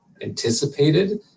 anticipated